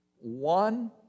one